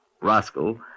rascal